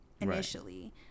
initially